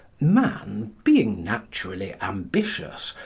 man, being naturally ambitious,